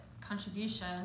contribution